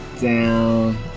down